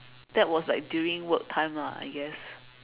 that was like during work time lah I guess